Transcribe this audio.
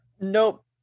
Nope